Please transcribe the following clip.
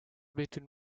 between